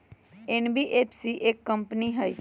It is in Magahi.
एन.बी.एफ.सी एक कंपनी हई?